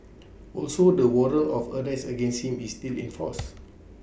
also the warrant of arrest against him is still in force